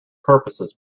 purposes